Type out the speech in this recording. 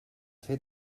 fer